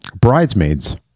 bridesmaids